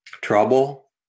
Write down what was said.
trouble